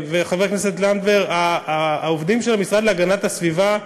חברת הכנסת לנדבר, העובדים של המשרד להגנת הסביבה,